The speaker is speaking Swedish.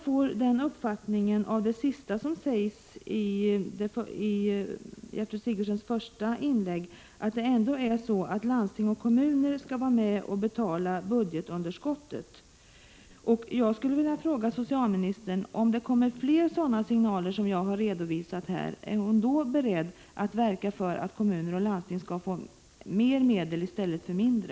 Av det sista i Gertrud Sigurdsens svar får jag uppfattningen att det ändå är landsting och kommuner som skall vara med och betala budgetunderskottet. Jag vill ställa en fråga till socialministern. Om det kommer fler sådana signaler som jag har redovisat, är socialministern då beredd att verka för att kommuner och landsting får mer medel i stället för mindre?